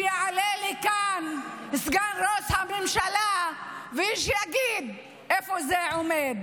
שיעלה לכאן סגן ראש הממשלה ושיגיד איפה זה עומד.